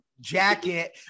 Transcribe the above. jacket